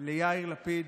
ליאיר לפיד,